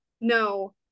no